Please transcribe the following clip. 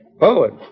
Poet